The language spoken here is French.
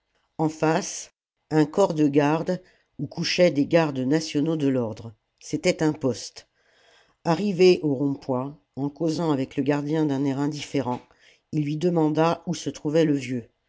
en face un corps de garde où couchaient des gardes nationaux de l'ordre c'était un poste arrivés au rond-point en causant avec le gardien d'un air indifférent il lui demanda où se trouvait le vieux